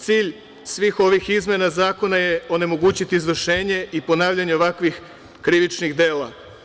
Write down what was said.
Cilj svih ovih izmena zakona je onemogućiti izvršenje i ponavljanje ovih krivičnih dela.